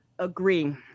Agree